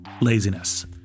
laziness